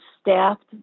staffed